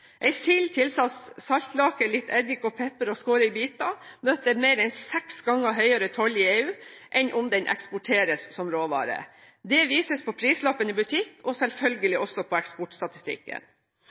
saltlake, litt eddik, pepper og skåret i biter, møter mer enn seks ganger høyere toll i EU enn om den eksporteres som råvare. Det vises på prislappen i butikken og